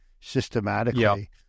systematically